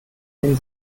den